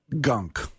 gunk